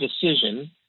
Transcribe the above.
decision